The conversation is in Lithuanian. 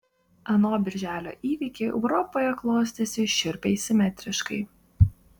ano birželio įvykiai europoje klostėsi šiurpiai simetriškai